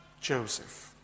Joseph